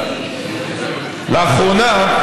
לאחרונה,